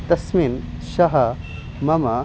तस्मिन् सः मम